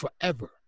forever